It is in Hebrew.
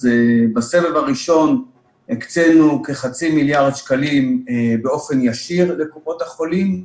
אז בסבב הראשון הקצינו כחצי מיליארד שקלים באופן ישיר לקופות חולים,